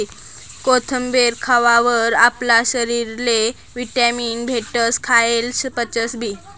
कोथमेर खावावर आपला शरीरले व्हिटॅमीन भेटस, खायेल पचसबी